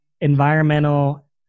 environmental